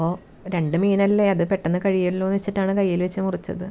അപ്പോൾ രണ്ട് മീനല്ലേ അത് പെട്ടെന്ന് കഴിയുമല്ലോ എന്ന് വച്ചിട്ടാണ് കൈയിൽ വച്ച് മുറിച്ചത്